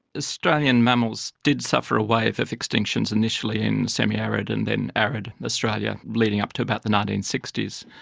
australian mammals did suffer a wave of extinctions initially in semi-arid and then arid australia leading up to about the nineteen sixty s,